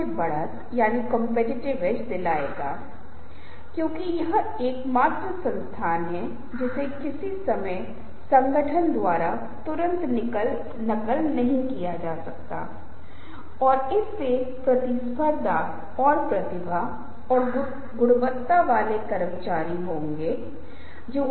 अब मुझे लगता है कि ये ऐसी चीजें हैं जो पीपीटी के रूप में बेहतर दिखाई देती हैं जहां आप उनके माध्यम से जा सकते हैं और इसका विवरण देख सकते हैं लेकिन मैं यहां साझा करने की कोशिश कर रहा हूं जिस तरह से निर्णय लेने के बारे में निर्णय लिया जाता है कि हम कहते हैं कि कार यहां एक बहुत अच्छा उदाहरण है युवा जोड़े कार खरीदने की योजना कैसे बना रहे हैं और निर्णय लेने के लिए अलग अलग कारक हैं